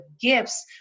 gifts